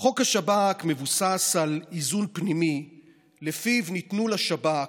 חוק השב"כ מבוסס על איזון פנימי שלפיו ניתנו לשב"כ,